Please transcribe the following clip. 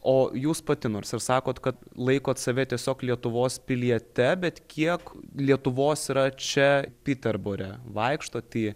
o jūs pati nors ir sakot kad laikot save tiesiog lietuvos piliete bet kiek lietuvos yra čia piterbore vaikštot į